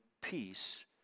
peace